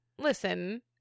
Listen